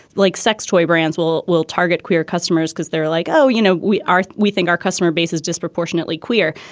like sex toy brands will will target queer customers because they're like, oh, you know, we are we think our customer base is disproportionately queer.